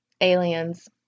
aliens